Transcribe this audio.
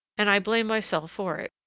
and i blame myself for it.